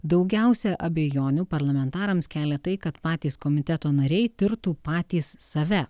daugiausiai abejonių parlamentarams kelia tai kad patys komiteto nariai tirtų patys save